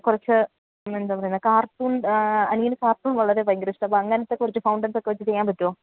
കുറച്ച് എന്താ പറയുന്നേ കാർട്ടൂൺ അനിയന് കാർട്ടൂൺ വളരെ ഭയങ്കര ഇഷ്ടമാണ് അപ്പോള് അങ്ങനത്തെ കുറച്ച് ഫൗണ്ടൻസൊക്കെ വച്ചു ചെയ്യാൻ പറ്റുമോ